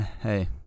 Hey